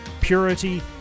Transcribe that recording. purity